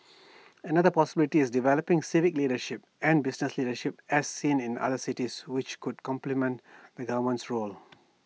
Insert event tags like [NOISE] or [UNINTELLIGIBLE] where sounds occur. [NOISE] another possibility is developing civic leadership and business leadership as seen in other cities which could complement [UNINTELLIGIBLE] role